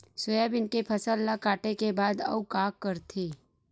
Soybean के फसल ल काटे के बाद आऊ का करथे?